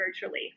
virtually